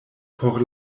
por